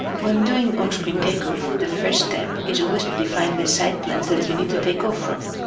when doing on-screen takeoff the first step is always to define the site plans that you need to take off from.